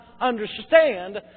understand